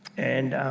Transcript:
and